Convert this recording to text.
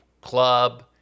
club